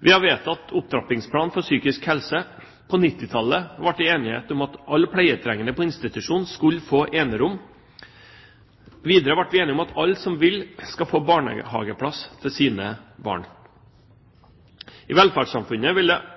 Vi har vedtatt Opptrappingsplan for psykisk helse, på 1990-tallet ble det enighet om at alle pleietrengende på institusjon skulle få enerom, og videre ble vi enige om at alle som vil, skal få barnehageplass til sine barn. I velferdssamfunnet vil det